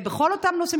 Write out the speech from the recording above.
בכל אותם נושאים,